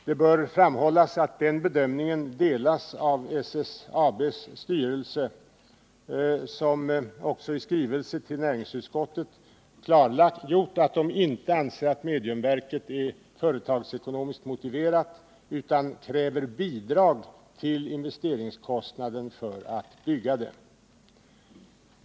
Det bör framhållas att den bedömningen delas av SSAB:s styrelse, som i en skrivelse till näringsutskottet klargjort att man inte anser att mediumvalsverket är företagsekonomiskt motiverat. Man kräver därför bidrag till investeringskostnaden för att bygga det.